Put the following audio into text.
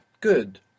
Good